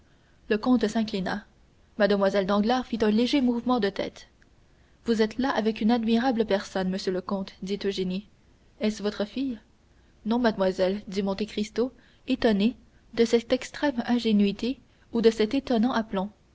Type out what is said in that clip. le comte s'inclina mlle danglars fit un léger mouvement de tête vous êtes là avec une admirable personne monsieur le comte dit eugénie est-ce votre fille non mademoiselle dit monte cristo étonné de cette extrême ingénuité ou de cet étonnant